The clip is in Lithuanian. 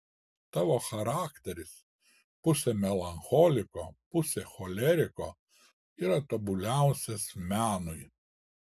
tavo charakteris pusė melancholiko pusė choleriko yra tobuliausias menui